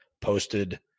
posted